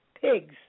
pigs